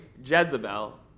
Jezebel